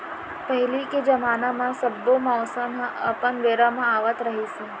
पहिली के जमाना म सब्बो मउसम ह अपन बेरा म आवत रिहिस हे